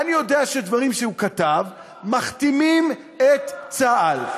אני יודע שדברים שהוא כתב מכתימים את צה"ל.